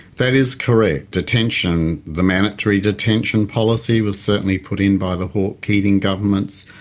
that is correct. detention, the mandatory detention policy was certainly put in by the hawke-keating governments,